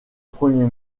premier